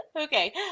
okay